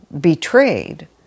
betrayed